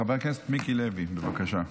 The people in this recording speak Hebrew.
חבר הכנסת מיקי לוי, בבקשה,